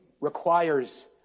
requires